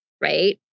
right